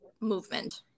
movement